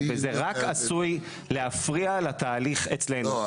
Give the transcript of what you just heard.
וזה רק עשוי להפריע לתהליך אצלנו.